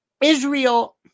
Israel